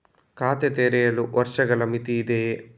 ಖಾತೆ ತೆರೆಯಲು ವರ್ಷಗಳ ಮಿತಿ ಇದೆಯೇ?